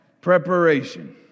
preparation